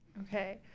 Okay